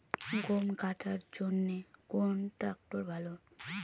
গম কাটার জন্যে কোন ট্র্যাক্টর ভালো?